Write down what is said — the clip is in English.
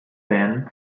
then